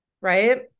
Right